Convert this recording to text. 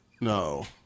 No